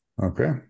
Okay